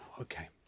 okay